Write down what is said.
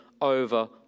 over